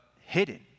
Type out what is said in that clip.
hidden